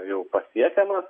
jau pasiekiamas